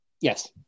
Yes